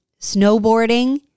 snowboarding